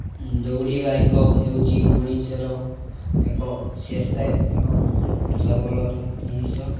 ଦୌଡ଼ିବା ଏକ ହେଉଛି ମଣିଷର ଏକ ସୁସ୍ଥ ଏବଂ ସବଳର ଜିନିଷ